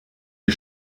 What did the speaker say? die